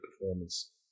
performance